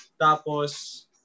Tapos